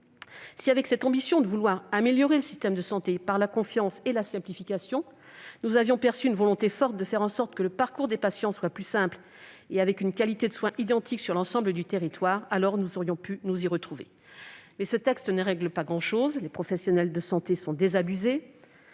de cette ambition d'améliorer le système de santé par la confiance et la simplification, nous avions perçu une volonté forte de faire en sorte que le parcours des patients soit plus simple, et ce avec une qualité de soins identique sur l'ensemble du territoire, nous aurions pu nous y retrouver. Hélas, ce texte ne règle pas grand-chose. Les professionnels de santé sont désabusés.